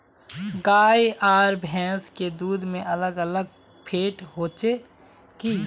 गाय आर भैंस के दूध में अलग अलग फेट होचे की?